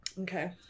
Okay